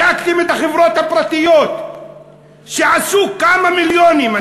בדקתם את החברות הפרטיות שעשו כמה מיליונים?